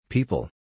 People